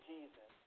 Jesus